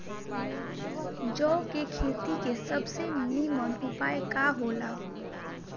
जौ के खेती के सबसे नीमन उपाय का हो ला?